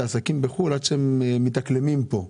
העסקים בחוץ לארץ עד שהם מתאקלמים כאן.